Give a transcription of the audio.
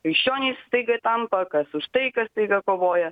krikščionys staiga tampa kas už taiką staiga kovoja